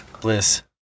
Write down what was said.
Bliss